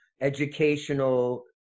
educational